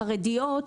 חרדיות,